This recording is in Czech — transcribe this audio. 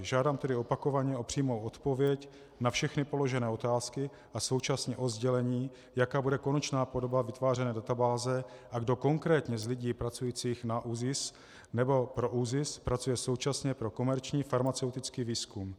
Žádám tedy opakovaně o přímou odpověď na všechny položené otázky a současně o sdělení, jaká bude konečná podoba vytvářené databáze a kdo konkrétně z lidí pracujících na ÚZIS nebo pro ÚZIS pracuje současně pro komerční farmaceutický výzkum.